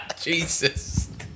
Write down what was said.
Jesus